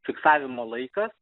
fiksavimo laikas